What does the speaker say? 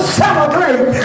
celebrate